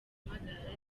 impagarara